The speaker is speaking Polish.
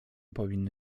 powinny